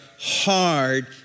hard